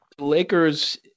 Lakers